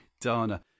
dana